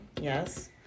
yes